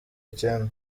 icyenda